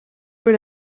peu